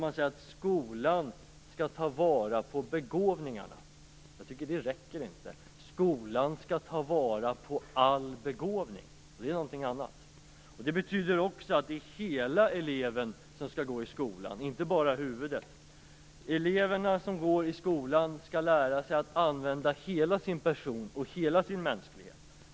Man säger att skolan skall ta vara på begåvningarna. Det räcker inte. Skolan skall ta vara på all begåvning, och det är någonting annat. Det betyder att också att det är hela eleven som skall gå i skolan, inte bara huvudet. Eleverna skall i skolan lära sig att använda hela sin person och hela sin mänsklighet.